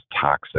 toxic